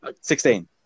Sixteen